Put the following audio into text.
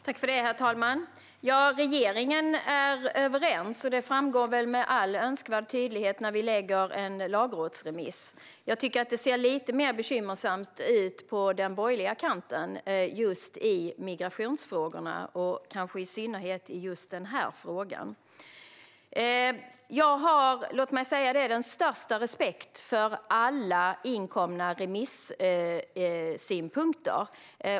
Herr talman! Regeringen är överens. Det framgår med all önskvärd tydlighet när vi lägger fram en lagrådsremiss. Jag tycker att det ser lite mer bekymmersamt ut på den borgerliga kanten i just migrationsfrågorna, och kanske i synnerhet i just denna fråga. Jag har den största respekt för alla inkomna remissynpunkter.